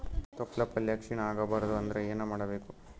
ತೊಪ್ಲಪಲ್ಯ ಕ್ಷೀಣ ಆಗಬಾರದು ಅಂದ್ರ ಏನ ಮಾಡಬೇಕು?